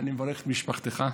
אני מברך את משפחתך,